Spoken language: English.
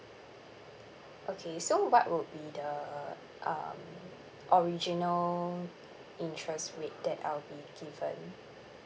okay so what would be the um original interest rate that I'll be given